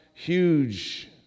huge